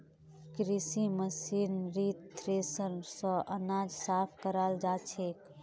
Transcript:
कृषि मशीनरीत थ्रेसर स अनाज साफ कराल जाछेक